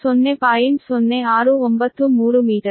0693 metre